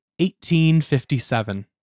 1857